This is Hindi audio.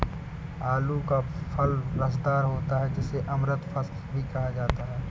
आलू का फल रसदार होता है जिसे अमृत फल भी कहा जाता है